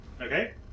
Okay